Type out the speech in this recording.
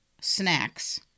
snacks